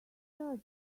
does